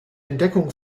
entdeckung